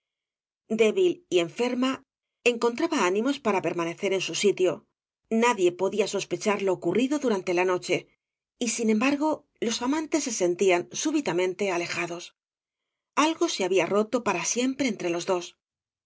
débil y enferma encontraba ánimos para permanecer en su sitio nadie podía sospechar lo ocurrido durante la noche y sin embargo loa amantes se sentían súbitamente alejados algo se había roto para siempre entre los dos